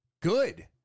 good